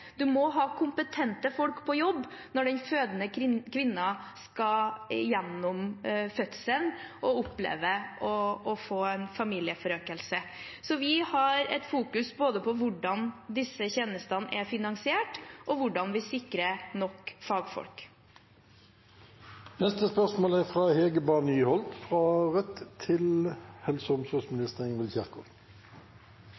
må ha kompetente folk på jobb når den fødende kvinnen skal gjennom fødselen og oppleve å få en familieforøkelse. Så vi fokuserer på både hvordan disse tjenestene er finansiert, og hvordan vi sikrer nok fagfolk. «I Norge ser vi en markant økning av depresjoner i tilknytning til graviditet og